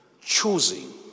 choosing